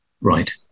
Right